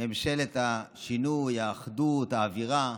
ממשלת השינוי, האחדות, האווירה,